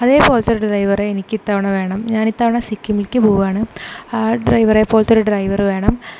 അതേപോലത്തെ ഒരു ഡ്രൈവറെ എനിക്ക് ഇത്തവണ വേണം ഞാൻ ഇത്തവണ സിക്കിമിലേക്ക് പോവാണ് ആ ഡ്രൈവറെ പോലത്തെ ഒരു ഡ്രൈവർ വേണം